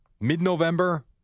mid-November